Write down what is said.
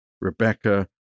Rebecca